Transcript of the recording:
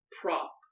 prop